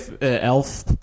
elf